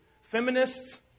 feminists